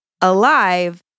alive